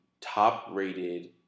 top-rated